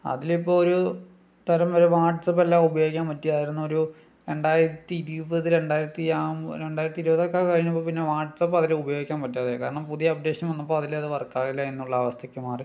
അതിലിപ്പോൾ ഒരു തരം വരെ വാട്സ്ആപ്പ് എല്ലാം ഉപയോഗിക്കാൻ പറ്റിയായിരുന്നു ഒരു രണ്ടായിരത്തി ഇരുപത് രണ്ടായിരത്തി ആ രണ്ടായിരത്തി ഇരുപതൊക്കെ കഴിഞ്ഞപ്പോൾ പിന്നെ വാട്സ്ആപ്പ് അതില് ഉപയോഗിക്കാൻ പറ്റാതെ ആയി കാരണം പുതിയ അപ്ഡേഷൻ വന്നപ്പോൾ അതില് അത് വർക്കാവില്ല എന്നുള്ള അവസ്ഥയ്ക്ക് മാറി